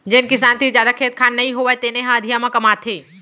जेन किसान तीर जादा खेत खार नइ होवय तेने ह अधिया म कमाथे